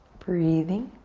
breathing.